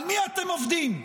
על מי אתם עובדים?